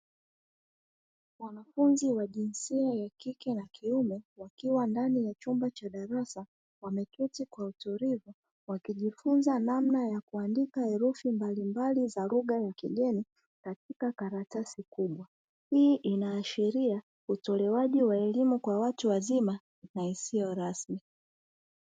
Wanafunzi wa jinsia ya kike na kiume wakiwa ndani ya chumba cha darasa wameketi kwa utulivu, wakijifunza namna ya kuandika herufi mbali mbali za lugha ya kigeni katika karatasi kubwa. Hii inashiria utolewaji wa elimu kwa watu wazima na isiyo rasmi.